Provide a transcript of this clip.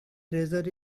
treasure